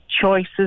choices